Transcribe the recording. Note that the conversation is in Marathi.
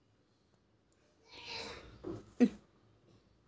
एन.इ.एफ.टी आणि आर.टी.जी.एस मध्ये काय फरक आहे?